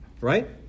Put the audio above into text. Right